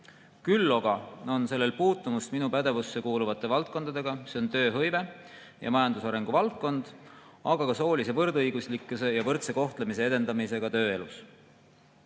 Küll aga on sellel puutumus minu pädevusse kuuluvate valdkondadega, tööhõive ja majandusarengu valdkonnaga, aga ka soolise võrdõiguslikkuse ja võrdse kohtlemise edendamisega